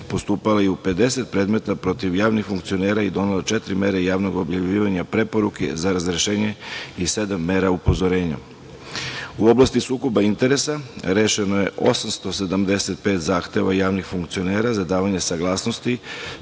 postupala i u 50 predmeta protiv javnih funkcionera i donela četiri mere javnog objavljivanja preporuke za razrešenje i sedam mera upozorenja. U oblasti sukoba interesa rešeno je 875 zahteva javnih funkcionera za davanje saglasnosti,